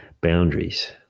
boundaries